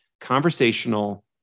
conversational